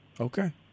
Okay